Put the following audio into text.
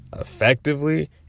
effectively